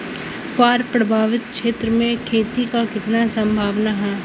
बाढ़ प्रभावित क्षेत्र में खेती क कितना सम्भावना हैं?